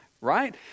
right